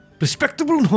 Respectable